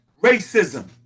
racism